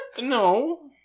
No